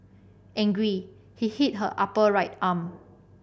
angry he hit her upper right arm